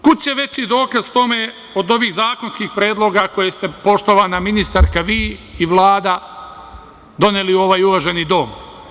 Kud će veći dokaz tome od ovih zakonskih predloga koje ste, poštovana ministarka, vi i Vlada doneli u ovaj uvaženi Dom.